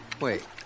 Wait